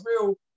real